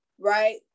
Right